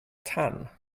tan